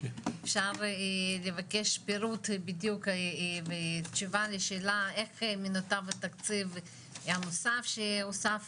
אפשר לבקש פירוט בדיוק ותשובה לשאלה איך מנותב התקציב הנוסף שהוסף